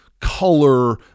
color